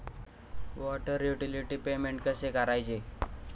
Water utility payment कसे करायचे?